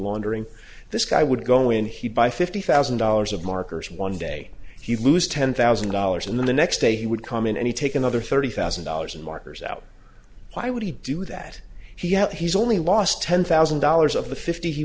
laundering this guy would go in he'd buy fifty thousand dollars of markers one day he lose ten thousand dollars and then the next day he would come in and he take another thirty thousand dollars and markers out why would he do that he had he's only lost ten thousand dollars of the fifty he